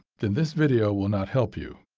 then this video will not help you.